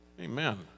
amen